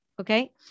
Okay